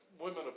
women